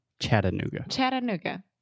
Chattanooga